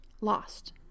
lost